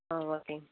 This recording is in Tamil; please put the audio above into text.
ஆ ஓகே